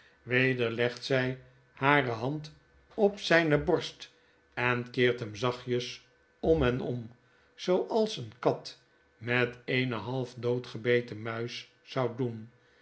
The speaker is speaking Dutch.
weder legt zy hare hand op zijne borst en keert hem zachtjes om en om zooals eene kat met eene half doodgebeten muis zou doen